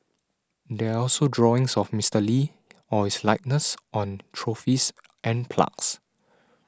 there are also drawings of Mister Lee or his likeness on trophies and plugs